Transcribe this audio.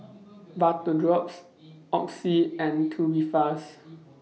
Vapodrops Oxy and Tubifast